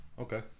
Okay